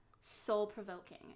soul-provoking